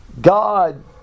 God